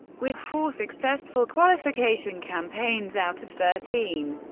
with four successful qualification campaigns out of thirteen,